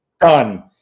done